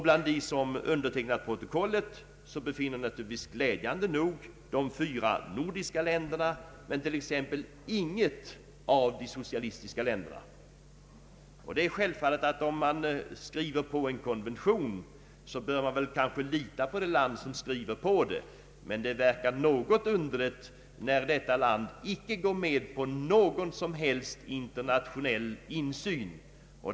Bland dem som undertecknat befinner sig glädjande nog de fyra nordiska länderna men t.ex. inget av de socialistiska länderna. Självfallet bör man kunna lita på ett land som skriver på en konvention, men det verkar något underligt när detta land icke går med på någon som helst internationell insyn.